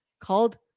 called